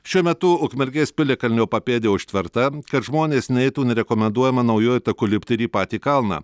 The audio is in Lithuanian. šiuo metu ukmergės piliakalnio papėdė užtverta kad žmonės neitų nerekomenduojama naujuoju taku lipti ir į patį kalną